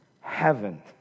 heaven